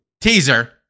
Teaser